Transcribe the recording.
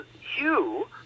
Hugh